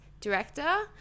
director